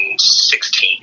2016